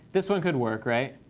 this one could work, right?